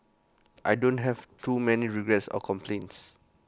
I don't have too many regrets or complaints